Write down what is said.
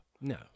No